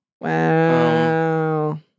Wow